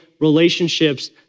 relationships